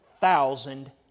thousand